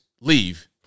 leave